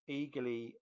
eagerly